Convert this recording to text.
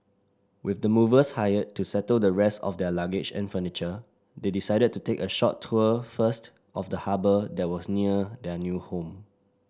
with the movers hired to settle the rest of their luggage and furniture they decided to take a short tour first of the harbour that was near their new home